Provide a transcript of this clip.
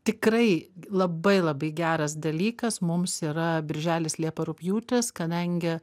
tikrai labai labai geras dalykas mums yra birželis liepa rugpjūtis kadangi